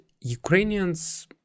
Ukrainians